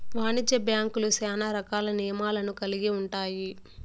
వాణిజ్య బ్యాంక్యులు శ్యానా రకాల నియమాలను కల్గి ఉంటాయి